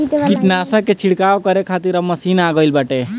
कीटनाशक के छिड़काव करे खातिर अब मशीन आ गईल बाटे